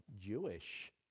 Jewish